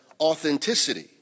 authenticity